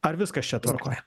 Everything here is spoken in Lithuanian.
ar viskas čia tvarkoj